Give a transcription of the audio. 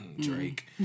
Drake